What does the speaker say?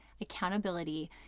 accountability